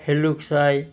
শেলুক চাই